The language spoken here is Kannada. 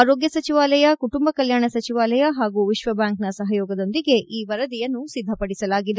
ಆರೋಗ್ಯ ಸಚಿವಾಲಯ ಕುಟುಂಬ ಕಲ್ಯಾಣ ಸಚಿವಾಲಯ ಹಾಗೂ ವಿಶ್ಲಬ್ಯಾಂಕ್ನ ಸಹಯೋಗದೊಂದಿಗೆ ಈ ವರದಿಯನ್ನು ಸಿದ್ದಪಡಿಸಲಾಗಿದೆ